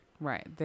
Right